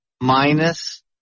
minus